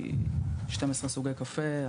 יש שם 12 סוגי קפה.